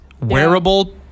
Wearable